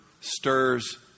stirs